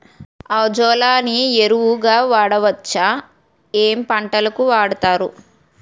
Azolla ని ఎరువు గా వాడొచ్చా? ఏ పంటలకు వాడతారు?